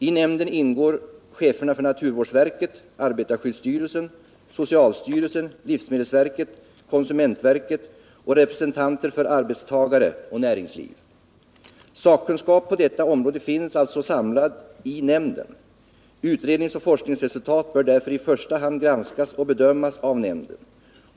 I nämnden ingår cheferna för naturvårdsverket, arbetarskyddsstyrelsen, socialstyrelsen, livsmedelsverket, konsumentverket och representanter för arbetstagare och näringsliv. Sakkunskapen på detta område finns alltså samlad i nämnden. Utredningsoch forskningsresultat bör därför i första hand granskas och bedömas av nämnden.